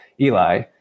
Eli